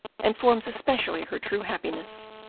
and forms especially her true happiness,